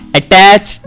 attach